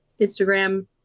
Instagram